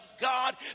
god